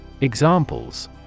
Examples